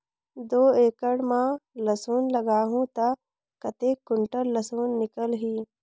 दो एकड़ मां लसुन लगाहूं ता कतेक कुंटल लसुन निकल ही?